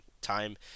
time